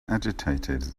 agitated